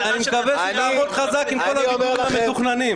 מקווה שתעמוד חזק עם כל הוויתורים המתוכננים.